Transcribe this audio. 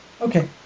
Okay